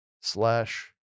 slash